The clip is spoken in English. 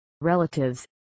relatives